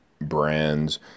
brands